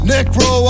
Necro